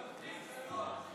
תנוח.